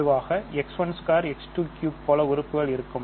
பொதுவாக x12x23 போல உறுப்புகள் இருக்கும்